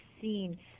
seen